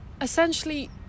essentially